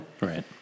Right